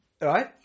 right